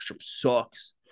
sucks